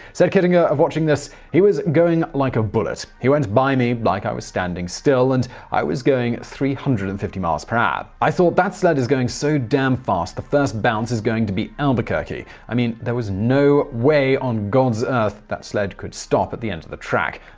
said kittinger of watching this, he was going like a bullet. he went by me like i was standing still, and i was going three hundred and fifty mph. i thought, that sled is going so damn fast the first bounce is going to be albuquerque. i mean, there was no way on god's earth that sled could stop at the end of the track.